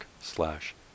slash